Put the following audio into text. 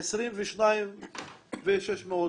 22,600 שקלים,